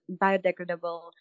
biodegradable